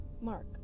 Mark